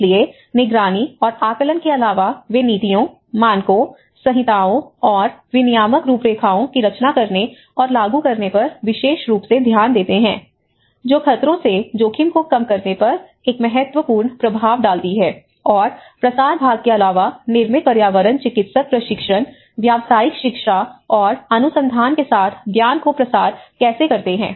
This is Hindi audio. इसलिए निगरानी और आकलन के अलावा वे नीतियों मानकों संहिताओं और विनियामक रूपरेखाओं की रचना करने और लागू करने पर विशेष रुप से ध्यान देते हैं जो खतरों से जोखिम को कम करने पर एक महत्वपूर्ण प्रभाव डालती हैं और प्रसार भाग के अलावा निर्मित पर्यावरण चिकित्सक प्रशिक्षण व्यावसायिक शिक्षा और अनुसंधान के साथ ज्ञान का प्रसार कैसे करते हैं